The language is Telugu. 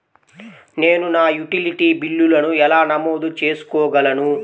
నేను నా యుటిలిటీ బిల్లులను ఎలా నమోదు చేసుకోగలను?